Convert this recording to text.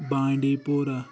بانڈی پورہ